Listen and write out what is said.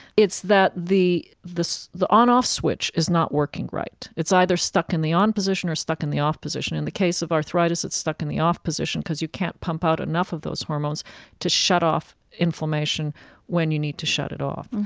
it's that the on off switch is not working right. it's either stuck in the on position or stuck in the off position. in the case of arthritis, it's stuck in the off position because you can't pump out enough of those hormones to shut off inflammation when you need to shut it off